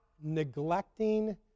neglecting